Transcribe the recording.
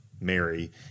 Mary